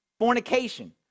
fornication